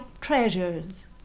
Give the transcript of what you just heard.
treasures